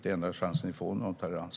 Det är enda chansen för er att få nolltolerans.